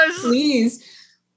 please